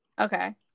okay